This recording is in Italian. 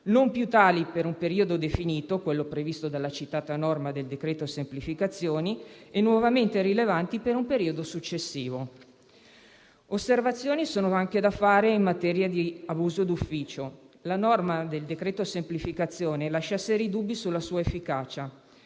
non più tali per un periodo definito (quello previsto dalla citata norma del decreto-legge semplificazioni) e nuovamente rilevanti per un periodo successivo. Osservazioni sono anche da fare in materia di abuso d'ufficio. La norma del decreto-legge al nostro esame lascia seri dubbi sulla sua efficacia